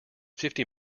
fifty